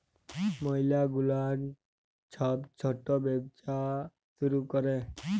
ম্যালা গুলান ছব ছট ব্যবসা শুরু ক্যরে